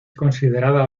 considerada